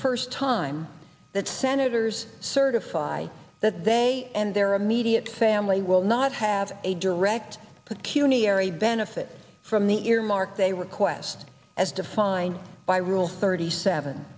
first time that senators certify that they and their immediate family will not have a direct put cuny ery benefit from the earmark they request as defined by rule thirty seven